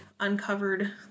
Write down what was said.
Uncovered